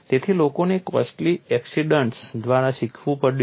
તેથી લોકોને costly accidents દ્વારા શીખવું પડ્યું